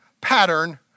pattern